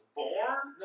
born